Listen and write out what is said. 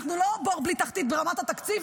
אנחנו לא בור בלי תחתית ברמת התקציב,